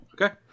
Okay